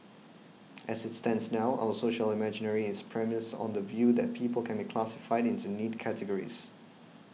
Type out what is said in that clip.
as it stands now our social imaginary is premised on the view that people can be classified into neat categories